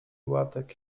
łatek